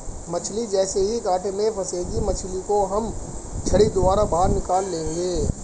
मछली जैसे ही कांटे में फंसेगी मछली को हम छड़ी द्वारा बाहर निकाल लेंगे